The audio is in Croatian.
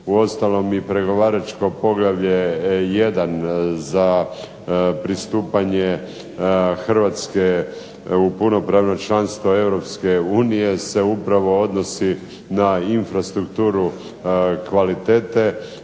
Uostalom i pregovaračko poglavlje 1. za pristupanje Hrvatske u punopravno članstvo Europske unije se upravo odnosi na infrastrukturu kvalitete.